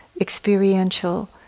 experiential